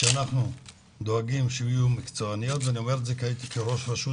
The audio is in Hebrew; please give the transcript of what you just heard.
שאנחנו דואגים שיהיו מקצועניות ואני אומר את זה כראש רשות